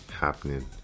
happening